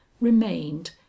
remained